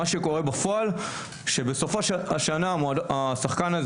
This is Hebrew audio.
מה שקורה בפועל זה שבסוף השנה הילד,